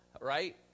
right